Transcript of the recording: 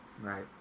Right